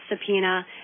subpoena